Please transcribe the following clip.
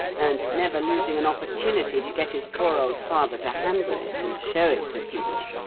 and never losing an opportunity to get his poor old father to handle it and show it to people.